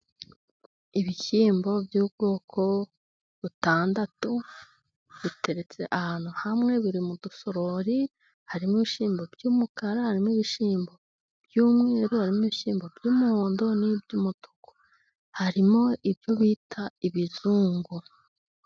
Ibishyimbo by'ubwoko butandatu buteretse ahantu hamwe buri mu dusorori harimo ibishyimbo by'umukara harimo ibishyimbo by'umweru n'ibishyimbo by'umuhondo n'iby'umutuku harimo ibyo bita ibizungu.